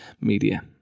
media